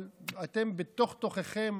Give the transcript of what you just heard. אבל אתם, בתוך-תוככם,